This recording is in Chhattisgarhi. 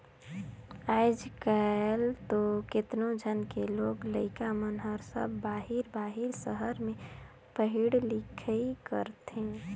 आयज कायल तो केतनो झन के लोग लइका मन हर सब बाहिर बाहिर सहर में पढ़ई लिखई करथे